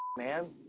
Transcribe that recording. man.